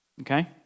okay